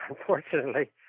unfortunately